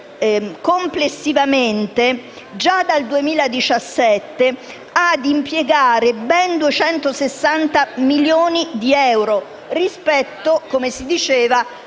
complessivamente, già dal 2017, ad impiegare ben 260 milioni di euro rispetto, come si diceva,